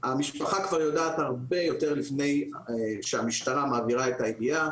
המשפחה כבר יודעת הרבה יותר לפני שהמשטרה מעבירה את הידיעה,